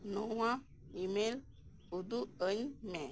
ᱱᱚᱣᱟ ᱤᱢᱮᱞ ᱩᱫᱩᱜ ᱟᱹᱧ ᱢᱮ